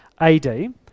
AD